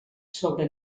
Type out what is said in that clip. sobre